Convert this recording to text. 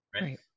right